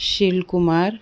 Shilkumar